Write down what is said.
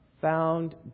found